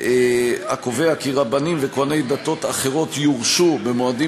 קובע כי רבנים וכוהני דתות אחרות יורשו במועדים